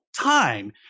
time